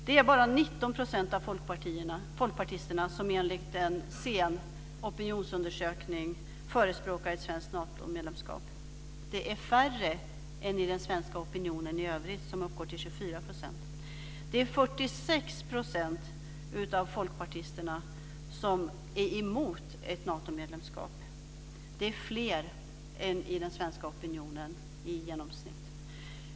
Det är bara 19 % av folkpartisterna som enligt en sen opinionsundersökning förespråkar ett svenskt Natomedlemskap. Det är färre än i den svenska opinionen i övrigt som uppgår till 24 %. Det är 46 % av folkpartisterna som är emot ett Natomedlemskap. Det är fler än i den svenska opinionen i genomsnitt.